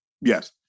yes